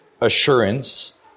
assurance